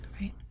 Right